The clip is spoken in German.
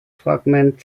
fragment